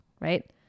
right